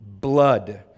blood